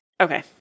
Okay